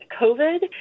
covid